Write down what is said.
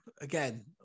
again